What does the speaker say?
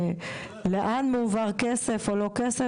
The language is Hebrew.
לאן מועבר כסף או לא כסף?